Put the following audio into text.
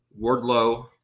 Wardlow